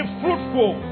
fruitful